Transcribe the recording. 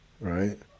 Right